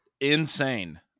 insane